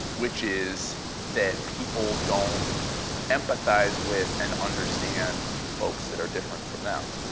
which is that people don't empathize with and understand folks that are different from them.